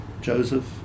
Joseph